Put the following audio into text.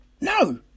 no